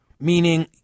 meaning